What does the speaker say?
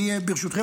ברשותכם,